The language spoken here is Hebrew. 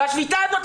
והשביתה הזו,